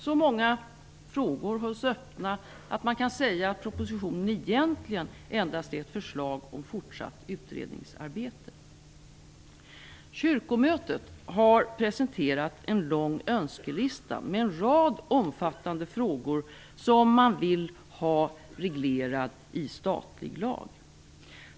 Så många frågor hålls öppna att man kan säga att propositionen egentligen endast är ett förslag om fortsatt utredningsarbete Kyrkomötet har presenterat en lång önskelista med en rad omfattande frågor som man vill ha reglerad i statlig lag.